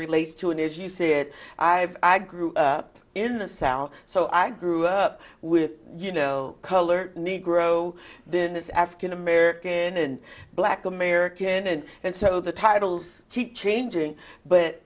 relates to an issue you said i have i grew up in the south so i grew up with you know color negro then is african american and black american and and so the titles keep changing but